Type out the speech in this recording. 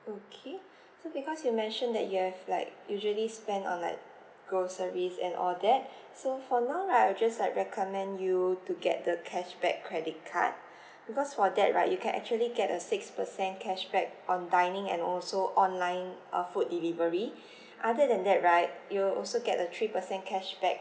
okay so because you mentioned that you have like usually spend on like groceries and all that so for now right I just like recommend you to get the cashback credit card because for that right you can actually get a six percent cashback on dining and also online err food delivery other than that right you also get a three percent cashback